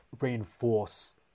reinforce